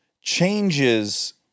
changes